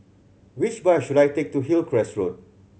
which bus should I take to Hillcrest Road